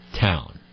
town